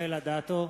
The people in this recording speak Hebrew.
רחל אדטו,